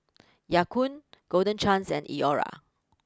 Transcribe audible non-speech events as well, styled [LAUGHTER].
[NOISE] Ya Kun Golden Chance and Iora